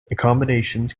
accommodations